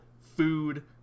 food